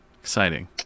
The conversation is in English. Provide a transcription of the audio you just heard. Exciting